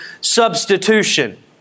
substitution